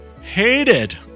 hated